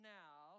now